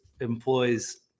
employs